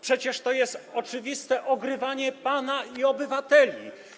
Przecież to jest oczywiste ogrywanie pana i obywateli.